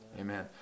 Amen